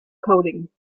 coding